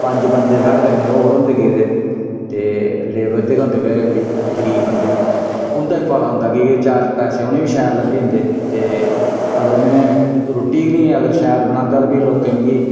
पंज बंदे साढ़े कन्नै होर होंदे गेदे ते लेवर दे गै होंदे बचारे ओह् बी गरीब बंदे ते उं'दा बी भला होंदा की कि चार पैसे उनें बी शैल लब्भी जंदे ते अगर में रुट्टी गै नी अगर शैल बनाह्गा ते फ्ही लोकें मिगी